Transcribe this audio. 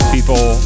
People